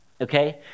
Okay